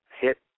hit